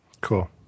cool